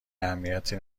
اهمیتی